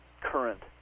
current